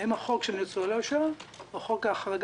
האם על החוק של ניצולי השואה או על חוק ההחרגה,